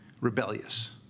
rebellious